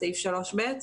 סעיף 3(ב),